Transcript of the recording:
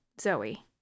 zoe